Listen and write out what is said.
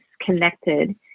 connected